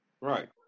Right